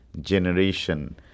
generation